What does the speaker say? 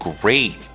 great